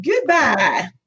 Goodbye